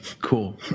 cool